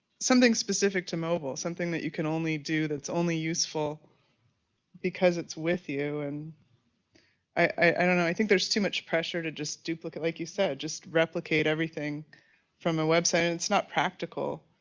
something specific to mobile, something that you can only do that's only useful because it's with you. and i don't know, i think there's too much pressure to just duplicate like you said, just replicate everything from a website and it's not practical.